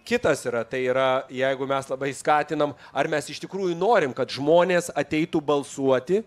kitas yra tai yra jeigu mes labai skatinam ar mes iš tikrųjų norim kad žmonės ateitų balsuoti